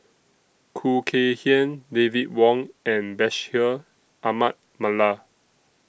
Khoo Kay Hian David Wong and Bashir Ahmad Mallal